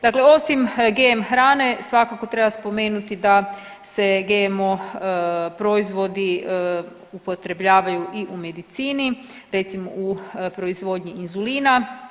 Dakle osim GM hrane, svakako treba spomenuti da se GMO proizvodi upotrebljavaju i u medicini, recimo u proizvodnji inzulina.